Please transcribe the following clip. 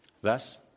Thus